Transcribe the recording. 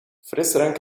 frisdrank